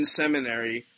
seminary